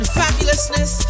fabulousness